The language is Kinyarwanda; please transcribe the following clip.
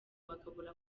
bakabura